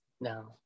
No